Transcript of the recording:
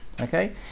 Okay